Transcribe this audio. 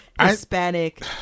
hispanic